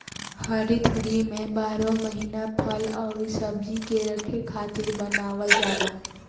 हरित गृह में बारहो महिना फल अउरी सब्जी के रखे खातिर बनावल जाला